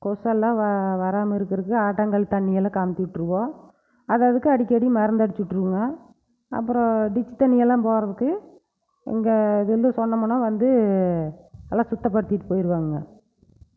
கொசுவெல்லாம் வ வராமல் இருக்கறதுக்கு ஆட்டாங்கள் தண்ணியெல்லாம் கமுத்திவிட்ருவோம் அது அதுக்கு அடிக்கடி மருந்து அடிச்சு விட்ருவோங்ம்க அப்புறோம் டிச்சு தண்ணியெல்லாம் போகிறதுக்கு எங்கே இது வந்து சொன்னமுன்னா வந்து நல்லா சுத்தப்படுத்திவிட்டு போய்ருவாங்க